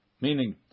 Meaning